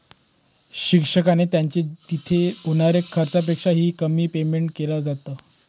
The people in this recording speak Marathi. शिक्षकांना त्यांच्या तिथे होणाऱ्या खर्चापेक्षा ही, कमी पेमेंट केलं जात